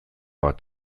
bat